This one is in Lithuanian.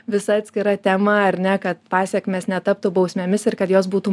visai atskira tema ar ne kad pasekmės netaptų bausmėmis ir kad jos būtų